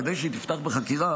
כדי שהיא תפתח בחקירה,